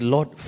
Lord